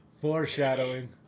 Foreshadowing